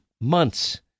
months